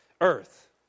earth